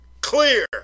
Clear